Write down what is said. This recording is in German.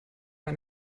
gar